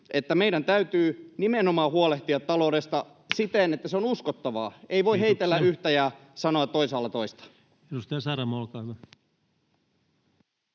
meidän täytyy nimenomaan huolehtia taloudesta siten, että se on uskottavaa. [Puhemies: Kiitoksia!] Ei voi heitellä yhtä ja sanoa toisaalla toista. Edustaja Saramo, olkaa hyvä.